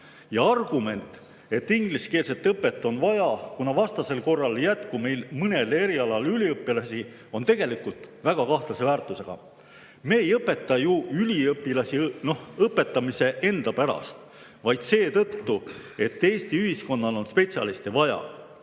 Argument, et ingliskeelset õpet on vaja, kuna vastasel korral ei jätku meil mõnele erialale üliõpilasi, on tegelikult väga kahtlase väärtusega. Me ei õpeta ju üliõpilasi õpetamise enda pärast, vaid seetõttu, et Eesti ühiskonnal on vaja spetsialiste.